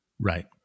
Right